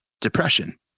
depression